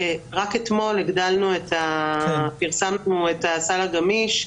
רק אתמול פרסמנו את הסל הגמיש,